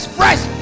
fresh